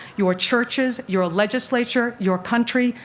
your churches, your legislature, your country,